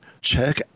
check